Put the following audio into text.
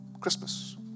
christmas